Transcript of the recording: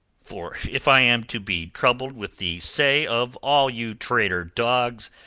for if i am to be troubled with the say of all you traitor dogs,